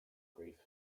grief